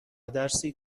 درسی